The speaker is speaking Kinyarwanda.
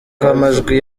bw’amajwi